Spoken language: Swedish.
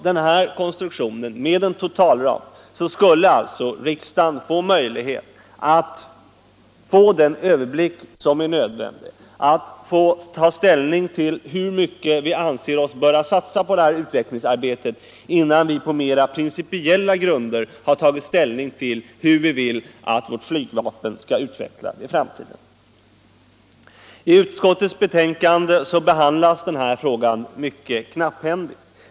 Genom konstruktionen med en totalram skulle alltså riksdagen få möjlighet till den överblick som är nödvändig och kunna besluta hur mycket som bör satsas på utvecklingsarbetet innan vi på mer principiella grunder har tagit ställning till vårt flygvapens utveckling i framtiden. I utskottsbetänkandet behandlas den här frågan mycket knapphändigt.